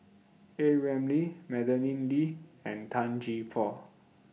A Ramli Madeleine Lee and Tan Gee Paw